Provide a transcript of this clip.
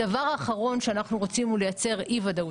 הדבר האחרון שאנחנו רוצים הוא לייצר אי-ודאות